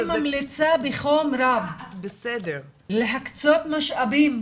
ולכן אני ממליצה בחום רב להקצות משאבים,